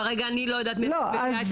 כרגע אין לי נתונים